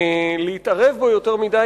להתערב בו יותר מדי,